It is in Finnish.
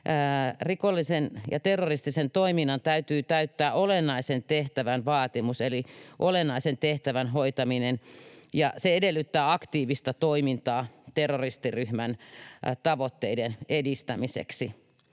rikollisen ja terroristisen toiminnan täytyy täyttää olennaisen tehtävän vaatimus eli olennaisen tehtävän hoitaminen, ja se edellyttää aktiivista toimintaa terroristiryhmän tavoitteiden edistämiseksi.